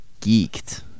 geeked